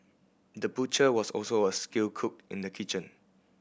the butcher was also a skilled cook in the kitchen